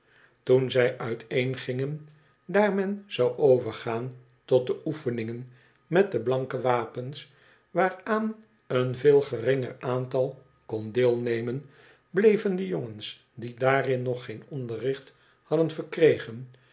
toen zij uiteengingen daar men zou overgaan tot de oefeningen met de blanke wapens waaraan een veel geringer aantal kon deelnemen bleven de jongens die daarin nog geen onderricht hadden verkregen